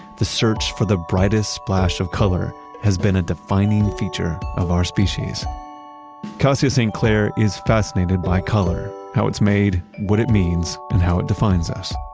the search for the brightest splash of color has been a defining feature of our species kassia st. clair is fascinated by color how it's made, what it means, and how it defines us.